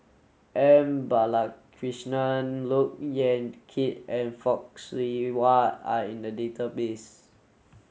M Balakrishnan Look Yan Kit and Fock Siew Wah are in the database